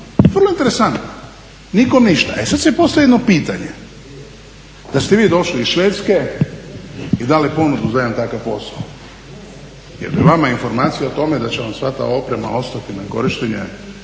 Vrlo interesantno! Nikom ništa. E sad se postavlja jedno pitanje da ste vi došli iz Švedske i dali ponudu za jedan takav posao. Jel' bi vama informacija o tome da će vam sva ta oprema ostati na korištenje